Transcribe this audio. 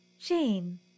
Jane